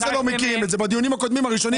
שהיא נגד כל דבר של מדינה יהודית ודמוקרטית.